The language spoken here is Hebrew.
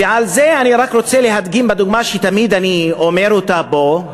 ואת זה אני רק רוצה להדגים בדוגמה שתמיד אני אומר אותה פה,